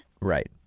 Right